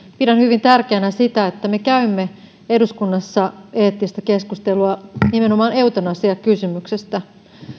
pidän hyvin tärkeänä sitä että me käymme eduskunnassa eettistä keskustelua nimenomaan eutanasiakysymyksestä